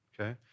okay